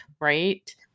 right